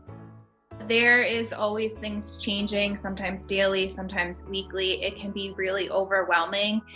there is always things changing sometimes daily sometimes weekly it can be really overwhelming.